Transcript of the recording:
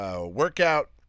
workout